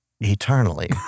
Eternally